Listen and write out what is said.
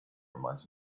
reminds